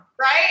Right